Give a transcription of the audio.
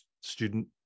student